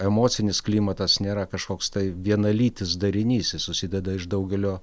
emocinis klimatas nėra kažkoks vienalytis darinys jis susideda iš daugelio